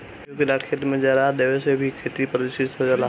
गेंहू के डाँठ खेत में जरा देवे से भी खेती प्रदूषित हो जाला